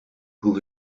hoe